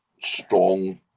strong